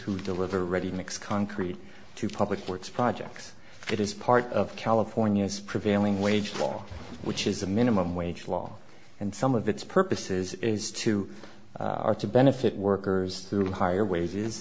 who deliver ready mix concrete to public works projects it is part of california's prevailing wage law which is the minimum wage law and some of its purposes is to are to benefit workers through higher wages